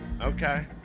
okay